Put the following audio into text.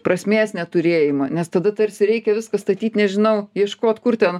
prasmės neturėjimo nes tada tarsi reikia viską statyt nežinau ieškot kur ten